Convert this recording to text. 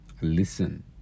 listen